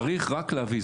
צריך רק להביא.